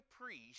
priest